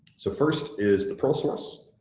so first is the pearl source.